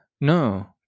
No